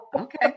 Okay